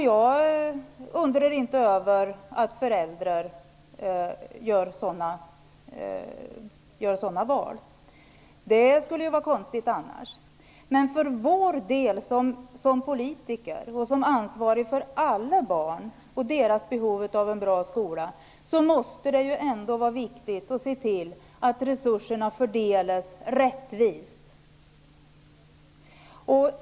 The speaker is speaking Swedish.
Jag undrar inte över att föräldrar gör sådana val -- det skulle vara konstigt annars. Men det måste ändå vara viktigt för oss som politiker och som ansvariga för alla barn och deras behov av en bra skola att se till att resurserna fördelas rättvist.